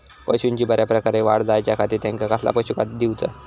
पशूंची बऱ्या प्रकारे वाढ जायच्या खाती त्यांका कसला पशुखाद्य दिऊचा?